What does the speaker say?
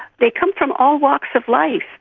they come from all walks of life,